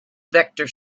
vector